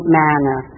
manner